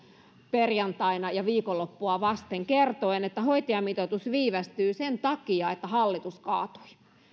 perjantaina viikonloppua vasten kertoen että hoitajamitoitus viivästyy sen takia että hallitus kaatui